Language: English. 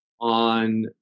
on